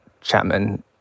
Chapman